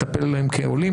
מטפלת בהם כעולים,